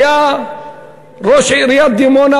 אדוני,